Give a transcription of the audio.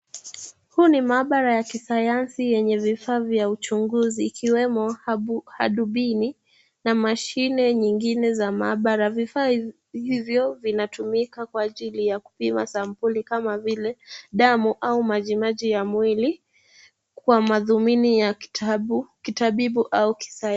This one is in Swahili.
Huu ni maabara yakisayansi yenye vifaa vya uchunguzi ikiwemo hadubini na mashine nyingine za maabara. Vifaa hivyo vinatumika kwa ajili ya kupima sampuli kama vile damu au maji maji ya mwili kwa madhumuni ya kitabibu au kisayansi